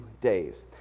days